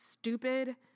Stupid